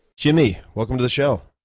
jimmy, welcome to the show.